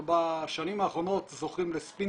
אנחנו בשנים האחרונות זוכים לספין